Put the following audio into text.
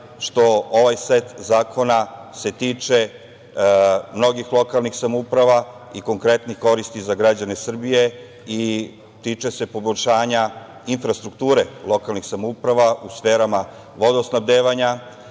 što ovaj set zakona se tiče mnogih lokalnih samouprava i konkretnih koristi za građane Srbije i tiče se poboljšanja infrastrukture lokalnih samouprava u sferama vodosnabdevanja,